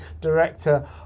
director